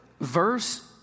verse